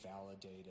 validated